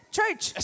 church